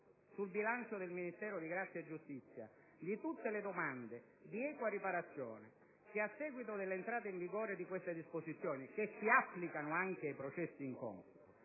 sul bilancio del Ministero di giustizia di tutte le domande di equa riparazione che verranno presentate a seguito dell'entrata in vigore di queste disposizioni, che si applicano anche ai processi in corso.